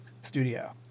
studio